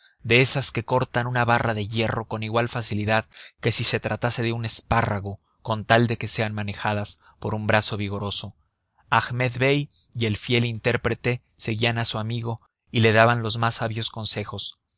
de esas que cortan una barra de hierro con igual facilidad que si se tratase de un espárrago con tal de que sean manejadas por un brazo vigoroso ahmed bey y el fiel intérprete seguían a su amigo y le daban los más sabios consejos